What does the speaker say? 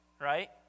right